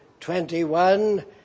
21